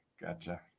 Gotcha